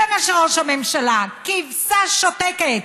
זה מה שראש הממשלה, כבשה שותקת.